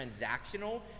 transactional